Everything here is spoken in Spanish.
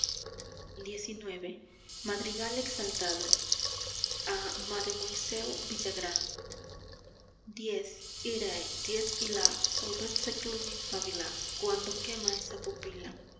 madrigal exaltado a mademoiselle villagrán dies ir dies illa solvet seclum in favilla cuando quema esa pupila